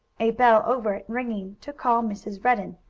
a bell over it ringing to call mrs. redden,